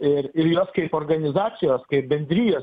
e ir jos kaip organizacijos kaip bendrijos